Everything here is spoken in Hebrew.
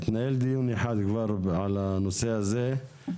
התנהל דיון אחד כבר על הנושא הזה,